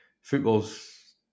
football's